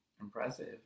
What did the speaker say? impressive